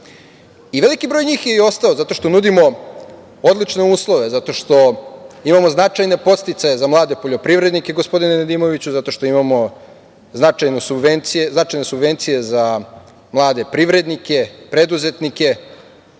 Veliki broj njih je i ostao, zato što nudimo odlične uslove, zato što imamo značajne podsticaje za mlade poljoprivrednike, gospodine Nedimoviću, zato što imamo značajne subvencije za mlade privrednike, preduzetnike,